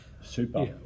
Super